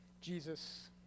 Jesus